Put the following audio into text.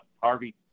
Harvey